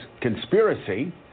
conspiracy